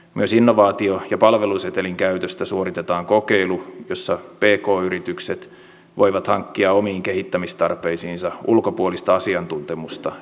myös innovaatio ja palvelusetelin käytöstä suoritetaan kokeilu jossa pk yritykset voivat hankkia omiin kehittämistarpeisiinsa ulkopuolista asiantuntemusta ja tukea